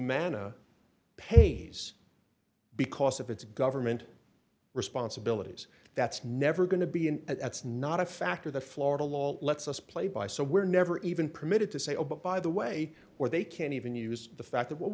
manna pays because of it's government responsibilities that's never going to be and that's not a factor the florida law lets us play by so we're never even permitted to say oh by the way where they can't even use the fact